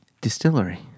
Distillery